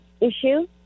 issue